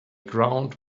ground